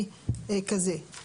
יש הגדרה של מפרט לדעתי.